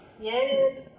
yes